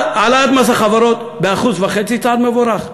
העלאת מס החברות ב-1.5% צעד מבורך.